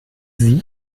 sie